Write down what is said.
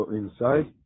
inside